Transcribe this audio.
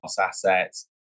assets